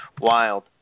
wild